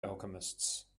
alchemists